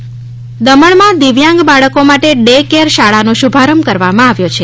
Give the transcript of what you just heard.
ડ કેર શાળા દમણમાં દિવ્યાંગ બાળકો માટે ડે કેયર શાળા નો શુભારંભ કરવામાં આવ્યો છે